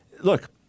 Look